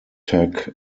tech